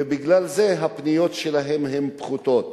ולכן הפניות שלהן הן פחותות.